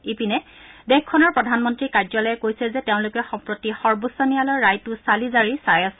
ইপিনে দেশখনৰ প্ৰধানমন্তী কাৰ্যালয়ে কৈছে যে তেওঁলোকে সম্প্ৰতি সৰ্বোচ্চ ন্যায়ালৰ ৰায়টো চালি জাৰি চাই আছে